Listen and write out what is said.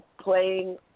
playing –